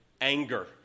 anger